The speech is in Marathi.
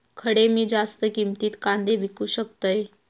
खडे मी जास्त किमतीत कांदे विकू शकतय?